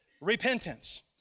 repentance